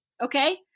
okay